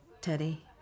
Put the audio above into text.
Teddy